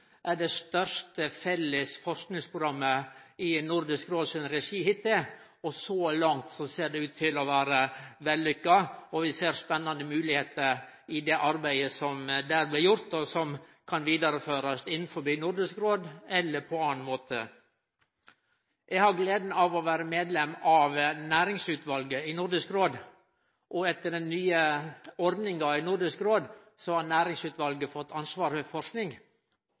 er det største felles forskingsprogrammet i Nordisk Råds regi hittil, og så langt ser det ut til å vere vellukka. Vi ser spennande moglegheiter i det arbeidet som der blir gjort, som kan vidareførast innanfor Nordisk Råd eller på annan måte. Eg har gleda av å vere medlem av næringsutvalet i Nordisk Råd. Etter den nye ordninga har næringsutvalet fått ansvaret for forsking.